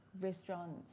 restaurants